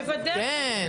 בוודאי,